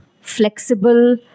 flexible